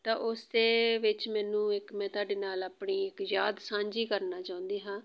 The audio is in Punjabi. ਤਾਂ ਉਸ ਦੇ ਵਿੱਚ ਮੈਨੂੰ ਇੱਕ ਮੈਂ ਤੁਹਾਡੇ ਨਾਲ ਆਪਣੀ ਇੱਕ ਯਾਦ ਸਾਂਝੀ ਕਰਨਾ ਚਾਹੁੰਦੀ ਹਾਂ